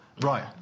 Right